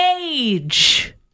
age